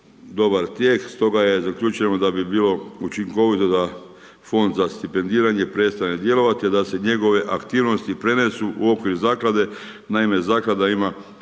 dobar tijek, stoga zaključujemo da bi bilo učinkovito da fond za stipendiranje prestane djelovati a da se njegove aktivnosti prenesu u okvir zaklade. Naime, zaklada ima